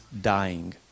dying